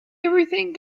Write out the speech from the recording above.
everything